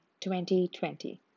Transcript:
2020